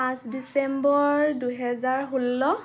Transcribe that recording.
পাঁচ ডিচেম্বৰ দুই হেজাৰ ষোল্ল